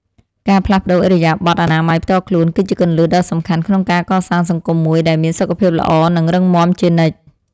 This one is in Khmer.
ការផ្លាស់ប្តូរឥរិយាបថអនាម័យផ្ទាល់ខ្លួន គឺជាគន្លឹះដ៏សំខាន់ក្នុងការកសាងសង្គមមួយដែលមានសុខភាពល្អនិងរឹងមាំជានិច្ច។